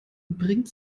bringt